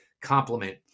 complement